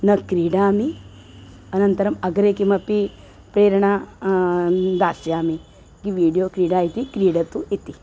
न क्रीडामि अनन्तरम् अग्रे किमपि प्रेरणा दास्यामि किं विडियो क्रीडा इति क्रीडतु इति